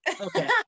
Okay